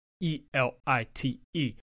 E-L-I-T-E